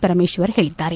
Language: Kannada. ಪರಮೇಶ್ವರ್ ಹೇಳಿದ್ದಾರೆ